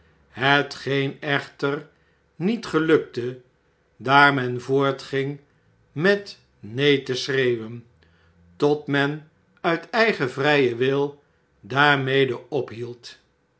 hetgeen echter niet gelukte daar men voortging met neen te schreeuwen tot men uit eigen vrjjen wil daarmede ophield